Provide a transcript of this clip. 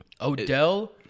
Odell